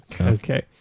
Okay